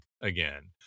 again